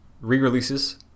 re-releases